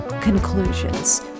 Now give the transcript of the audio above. conclusions